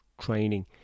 training